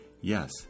Yes